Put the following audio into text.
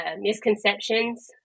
misconceptions